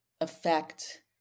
affect